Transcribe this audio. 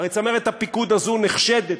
הרי צמרת הפיקוד הזו נחשדת,